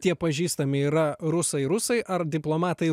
tie pažįstami yra rusai rusai ar diplomatai